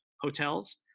hotels